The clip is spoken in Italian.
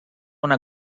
una